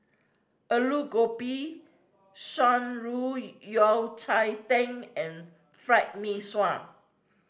Aloo Gobi Shan Rui Yao Cai Tang and Fried Mee Sua